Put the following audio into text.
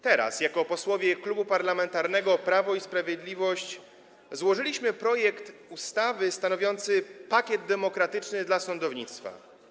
Teraz jako posłowie Klubu Parlamentarnego Prawo i Sprawiedliwość złożyliśmy projekt ustawy stanowiący pakiet demokratyczny dla sądownictwa.